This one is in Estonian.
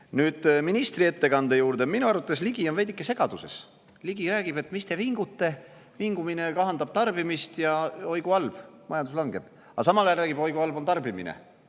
usu. Nüüd ministri ettekande juurde. Minu arvates on Ligi veidi segaduses. Ta räägib, et mis te vingute, vingumine kahandab tarbimist, ja oi kui halb, majandus langeb, aga samal ajal räägib, et oi kui halb on tarbimine,